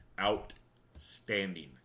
Outstanding